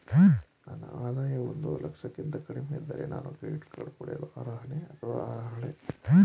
ನನ್ನ ಆದಾಯ ಒಂದು ಲಕ್ಷಕ್ಕಿಂತ ಕಡಿಮೆ ಇದ್ದರೆ ನಾನು ಕ್ರೆಡಿಟ್ ಕಾರ್ಡ್ ಪಡೆಯಲು ಅರ್ಹನೇ ಅಥವಾ ಅರ್ಹಳೆ?